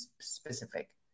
specific